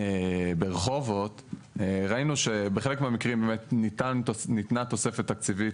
ברחובות ראינו שבחלק מהמקרים באמת ניתנה תוספת תקציבית